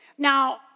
Now